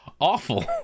awful